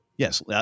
Yes